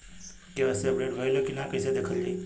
KYC update भइल बा कि ना कइसे देखल जाइ?